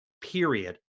period